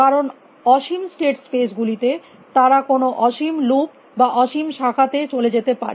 কারণ অসীম state space গুলিতে তারা কোনো অসীম লুপ বা অসীম শাখা তে চলে যেতে পারে